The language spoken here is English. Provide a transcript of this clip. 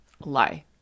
Lie